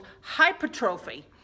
hypertrophy